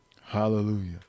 hallelujah